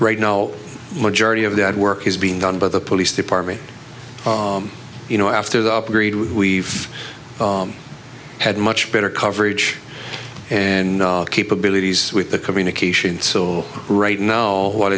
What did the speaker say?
right now majority of that work has been done by the police department you know after the upgrade we've had much better coverage and capabilities with the communication so right now what